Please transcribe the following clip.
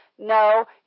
No